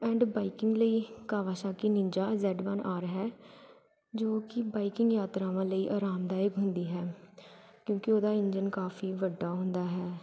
and biking ਲਈ Kawasaki Ninja Z one R ਹੈ ਜੋ ਕਿ ਬਾਈਕਿੰਗ ਯਾਤਰਾਵਾਂ ਲਈ ਆਰਾਮਦਾਇਕ ਹੁੰਦੀ ਹੈ ਕਿਉਂਕਿ ਉਹਦਾ ਇੰਜਨ ਕਾਫੀ ਵੱਡਾ ਹੁੰਦਾ ਹੈ